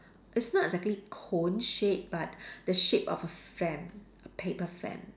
it's not exactly cone shaped but the shape of a fan a paper fan